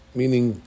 meaning